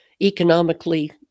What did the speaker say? economically